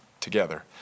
together